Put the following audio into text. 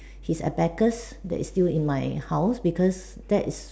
his abacus that is still in my house because that is